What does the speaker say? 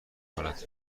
کند